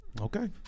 Okay